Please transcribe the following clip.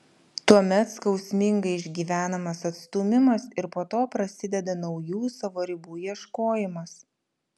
tuomet skausmingai išgyvenamas atstūmimas ir po to prasideda naujų savo ribų ieškojimas